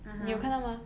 (uh huh)